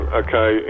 okay